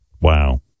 Wow